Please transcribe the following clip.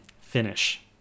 finish